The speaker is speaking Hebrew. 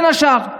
בין השאר.